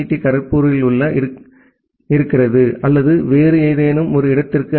D காரக்பூருக்குள் இருக்கிறதா அல்லது வேறு ஏதேனும் ஒரு இடத்திற்குள் ஐ